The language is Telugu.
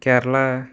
కేరళ